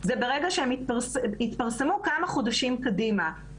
זה כמה חודשים קדימה מרגע שהם יתפרסמו.